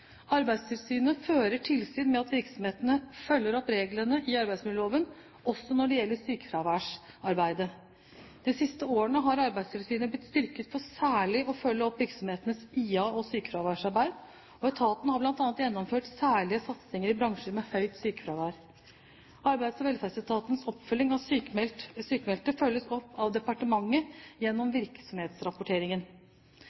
Arbeidstilsynet fører tilsyn med at virksomhetene følger opp reglene i arbeidsmiljøloven også når det gjelder sykefraværsarbeidet. De siste årene har Arbeidstilsynet blitt styrket for særlig å følge opp virksomhetenes IA- og sykefraværsarbeid, og etaten har bl.a. gjennomført særlige satsinger i bransjer med høyt sykefravær. Arbeids- og velferdsetatens oppfølging av sykmeldte følges opp av departementet gjennom